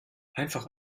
einfach